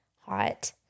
hot